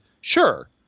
sure